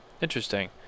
Interesting